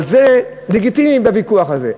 אבל זה לגיטימי, הוויכוח הזה.